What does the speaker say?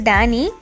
Danny